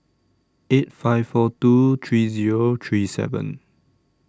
eight five four two three Zero three seven